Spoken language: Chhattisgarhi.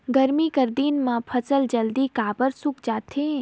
गरमी कर दिन म फसल जल्दी काबर सूख जाथे?